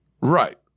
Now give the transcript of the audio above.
Right